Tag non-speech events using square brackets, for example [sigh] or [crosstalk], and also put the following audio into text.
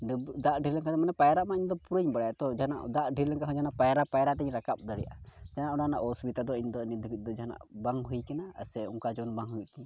[unintelligible] ᱫᱟᱜ ᱰᱷᱮ ᱨ ᱞᱮᱱᱠᱷᱟᱡ ᱢᱟᱱᱮ ᱯᱟᱭᱨᱟᱜ ᱢᱟ ᱤᱧᱫᱚ ᱯᱩᱨᱟᱹᱧ ᱵᱟᱲᱟᱭᱟ ᱛᱚ ᱡᱟᱦᱟᱱᱟᱜ ᱫᱟᱜ ᱰᱷᱮᱹᱨ ᱞᱮᱱᱠᱷᱟᱡ ᱦᱚᱸ ᱡᱮᱱᱚ ᱯᱟᱭᱨᱟ ᱯᱟᱭᱨᱟ ᱛᱤᱧ ᱨᱟᱠᱟᱵ ᱫᱟᱲᱮᱭᱟᱜ ᱡᱟᱦᱟᱱᱟᱜ ᱚᱱᱟ ᱨᱮᱱᱟᱜ ᱚᱥᱩᱵᱤᱫᱷᱟ ᱫᱚ ᱤᱧᱫᱚ ᱱᱤᱛ ᱫᱷᱟᱹᱵᱤᱡ ᱫᱚ ᱡᱟᱦᱟᱱᱟᱜ ᱵᱟᱝ ᱦᱩᱭ ᱠᱟᱱᱟ ᱟᱨ ᱥᱮ ᱚᱱᱠᱟ ᱡᱮᱢᱚᱱ ᱵᱟᱝ ᱦᱩᱭᱩᱜ ᱛᱤᱧ